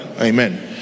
Amen